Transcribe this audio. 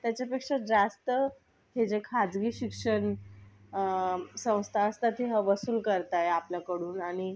त्याच्या पेक्षा जास्त हे जे खाजगी शिक्षण संस्था असतात ते हा वसूल करत आहे आपल्याकडून आणि